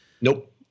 Nope